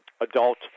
adult